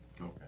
Okay